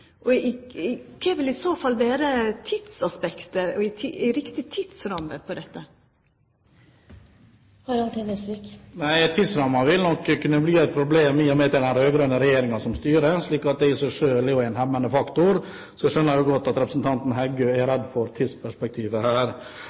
innføra ei solnedgangslovgjeving? Kva vil i så fall vera riktig tidsramme på dette? Nei, tidsrammen vil kunne bli et problem i og med at det er den rød-grønne regjeringen som styrer. Det i seg selv er jo en hemmende faktor, så jeg skjønner godt at representanten Heggø er redd for tidsperspektivet her.